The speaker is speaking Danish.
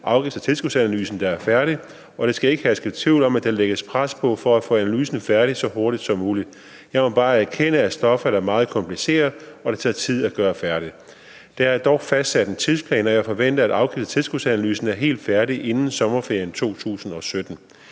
afgifts- og tilskudsanalysen ikke er færdig, og der skal ikke herske tvivl om, at der lægges pres på for at få analysen færdig så hurtigt som muligt. Jeg må bare erkende, at stoffet er meget kompliceret, og at det tager tid at gøre det færdigt. Der er dog fastsat en tidsplan, og jeg forventer, at afgifts- og tilskudsanalysen er helt færdig inden sommerferien 2017.